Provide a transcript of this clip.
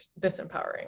disempowering